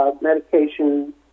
medication